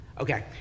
Okay